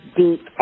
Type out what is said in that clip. deep